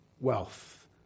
wealth